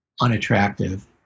unattractive